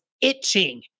itching